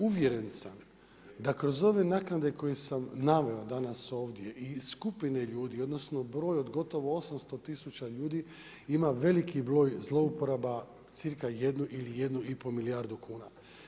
Uvjeren sam da kroz ove naknade, koje sam naveo danas ovdje i skupine ljudi, odnosno, broj od gotovo 800 tisuća ljudi, ima veliki broj zlouporaba, cirka 1 ili 1,5 milijardu kuna.